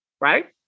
right